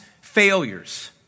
failures